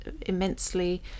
immensely